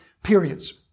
periods